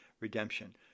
redemption